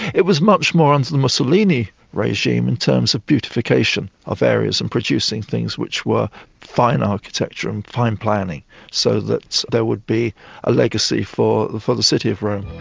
it was much more under the mussolini regime in terms of beautification of areas and producing things which were fine architecture and fine planning so that there would be a legacy for the for the city of rome.